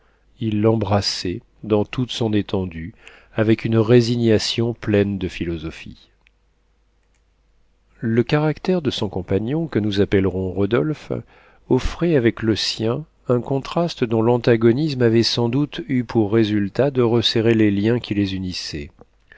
il l'embrassait dans toute son étendue avec une résignation pleine de philosophie le caractère de son compagnon que nous appellerons rodolphe offrait avec le sien un contraste dont l'antagonisme avait sans doute eu pour résultat de resserrer les liens qui les unissaient